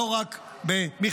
לא רק במכרזים,